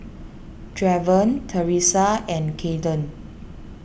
Draven Teressa and Kaeden